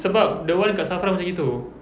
sebab that one dekat SAFRA macam gitu